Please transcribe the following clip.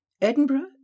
Edinburgh